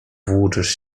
włóczysz